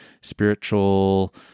spiritual